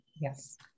Yes